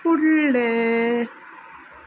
फुडलें